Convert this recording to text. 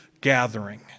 gathering